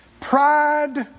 pride